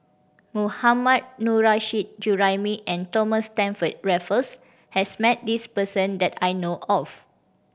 Mohammad Nurrasyid Juraimi and Thomas Stamford Raffles has met this person that I know of